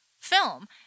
film